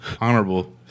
Honorable